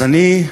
אז אני,